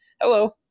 Hello